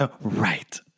Right